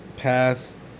path